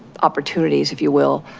opportunities, if you will,